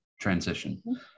transition